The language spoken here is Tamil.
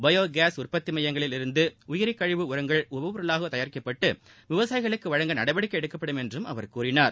பயோ கேஸ் உற்பத்தி மையங்களில் இருந்து உயிரி கழிவு உரங்கள் உபபொருளாக தயாரிக்கப்பட்டு விவசாயிகளுக்கு வழங்க நடவடிக்கை எடுக்கப்படும் என்றும் அவர் கூறினார்